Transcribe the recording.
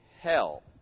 hell